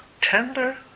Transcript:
tender